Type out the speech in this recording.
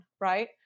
right